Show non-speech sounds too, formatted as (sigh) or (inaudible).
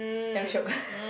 damn shiok (breath)